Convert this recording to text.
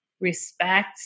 respect